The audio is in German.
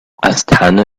astana